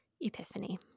Epiphany